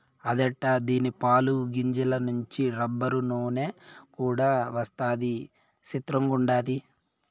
అదెట్టా దీని పాలు, గింజల నుంచి రబ్బరు, నూన కూడా వస్తదా సిత్రంగుండాది